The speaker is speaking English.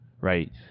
right